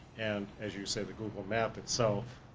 and as you say the google map itself,